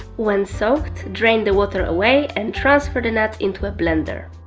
when soaked, drain the water away and transfer the nuts into a blender.